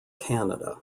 canada